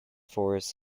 forests